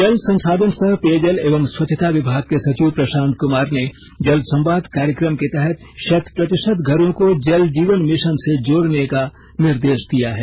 जल संसाधन सह पेयजल एवं स्वच्छता विभाग के सचिव प्रशांत कुमार ने जल संवाद कार्यक्रम के तहत शत प्रतिशत घरों को जल जीवन मिशन से जोड़ने का निर्देश दिया है